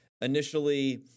initially